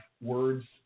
words